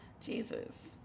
Jesus